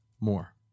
more